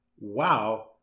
wow